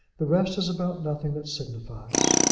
the rest is about nothing that signifies.